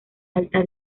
alta